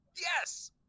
yes